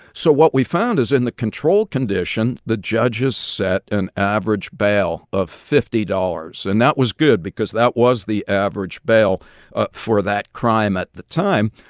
so what we found is in the control condition, the judges set an average bail of fifty dollars, and that was good because that was the average bail for that crime at the time.